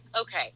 okay